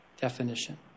definition